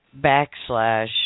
backslash